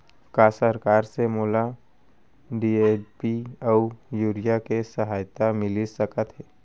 का सरकार से मोला डी.ए.पी अऊ यूरिया के सहायता मिलिस सकत हे?